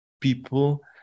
people